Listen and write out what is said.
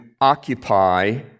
occupy